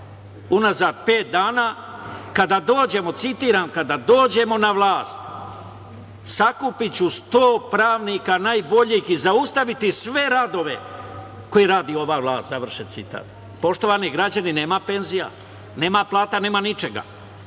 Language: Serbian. unazad pet dana, citiram: „Kada dođemo na vlast, sakupiću sto pravnika najboljih i zaustaviti sve radove koje radi ova vlast“. Poštovani građani, nema penzija, nema plata, nema ničega,